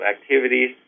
activities